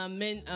Amen